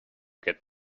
get